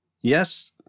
Yes